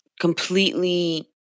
completely